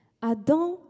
Adam